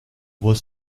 was